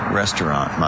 restaurant